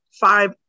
five